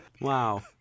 Wow